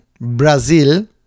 Brazil